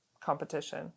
competition